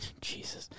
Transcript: Jesus